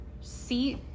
seat